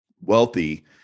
wealthy